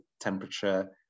temperature